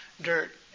dirt